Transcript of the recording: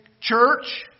church